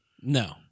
No